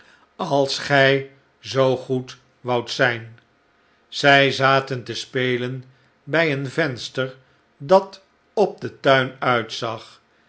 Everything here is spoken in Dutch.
als gij zoo goed woudt zijn zij zaten te spelen bij een venster dat op den tuin uitzag